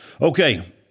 Okay